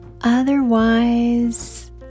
Otherwise